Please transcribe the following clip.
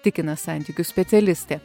tikina santykių specialistė